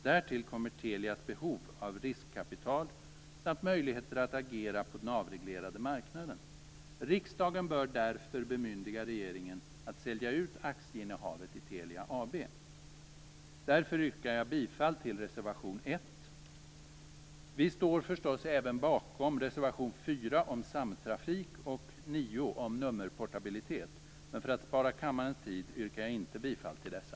Därtill kommer Telias behov av riskkapital samt möjligheter att agera på den avreglerade marknaden. Riksdagen bör därför bemyndiga regeringen att sälja ut aktieinnehavet i Telia Därför yrkar jag bifall till reservation 1. Vi står förstås även bakom reservation 4 om samtrafik och 9 om nummerportabilitet, men för att spara kammarens tid yrkar jag inte bifall till dessa.